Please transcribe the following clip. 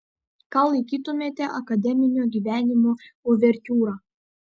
ką laikytumėte akademinio gyvenimo uvertiūra